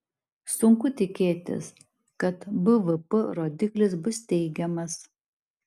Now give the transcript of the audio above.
sunku tikėtis kad bvp rodiklis bus teigiamas